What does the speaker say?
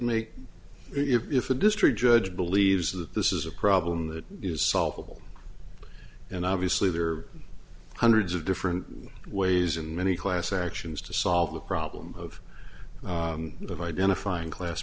make if a district judge believes that this is a problem that is solvable and obviously there are hundreds of different ways and many class actions to solve the problem of the identifying class